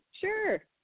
sure